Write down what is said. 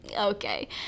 okay